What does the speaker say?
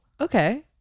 Okay